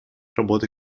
работы